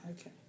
Okay